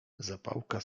zapałka